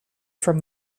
from